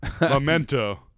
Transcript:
Memento